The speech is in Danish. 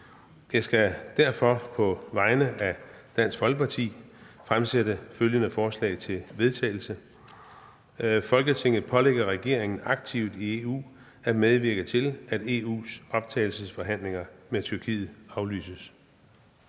jeg skal derfor på vegne af Dansk Folkeparti fremsætte følgende Forslag til vedtagelse »Folketinget pålægger regeringen aktivt i EU at medvirke til, at EU's optagelsesforhandlinger med Tyrkiet aflyses.«